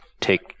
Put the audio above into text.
take